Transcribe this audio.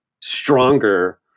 stronger